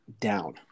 down